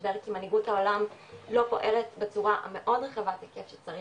משבר כי מנהיגות העולם לא פועלת בצורה המאוד רחבת היקף שצריך,